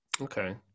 Okay